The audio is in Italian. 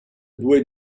due